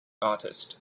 artist